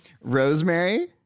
rosemary